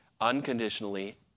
Unconditionally